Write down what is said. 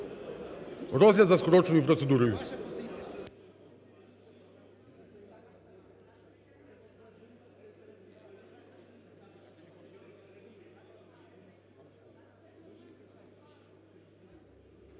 розгляд за скороченою процедурою.